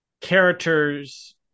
characters